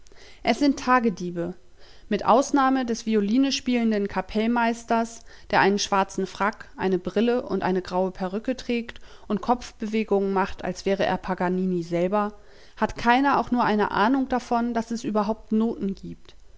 es sind tagediebe mit ausnahme des violine spielenden kapellmeisters der einen schwarzen frack eine brille und eine graue perücke trägt und kopfbewegungen macht als wäre er paganini selber hat keiner auch nur eine ahnung davon daß es überhaupt noten gibt